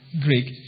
Greek